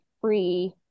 free